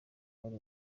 wari